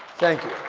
thank you